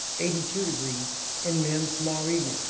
eighty two degrees in mims tomorrow evening.